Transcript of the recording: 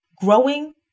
Growing